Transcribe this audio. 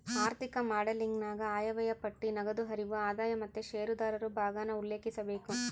ಆಋಥಿಕ ಮಾಡೆಲಿಂಗನಾಗ ಆಯವ್ಯಯ ಪಟ್ಟಿ, ನಗದು ಹರಿವು, ಆದಾಯ ಮತ್ತೆ ಷೇರುದಾರರು ಭಾಗಾನ ಉಲ್ಲೇಖಿಸಬೇಕು